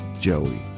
Joey